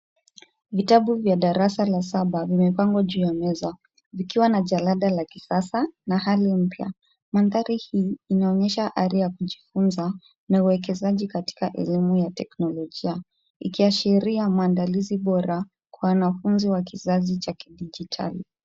Vitabu vya darasa la saba vimepangwa juu ya meza, vikiwa na jalada la kisasa na hali mpya. Mandhari hii inaonyesha hali ya kujifunza na uekezaji katika elimu ya teknolojia, ikiashiria maandalizi bora kwa wanafunzi wa kizazi cha kidijitali.